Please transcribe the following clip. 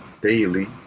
daily